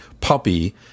puppy